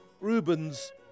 Rubens